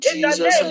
Jesus